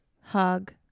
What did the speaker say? hug